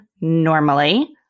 normally